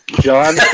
John